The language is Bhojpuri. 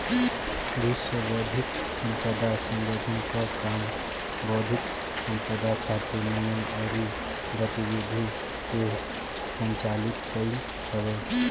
विश्व बौद्धिक संपदा संगठन कअ काम बौद्धिक संपदा खातिर नियम अउरी गतिविधि के संचालित कईल हवे